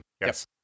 yes